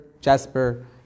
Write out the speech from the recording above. Jasper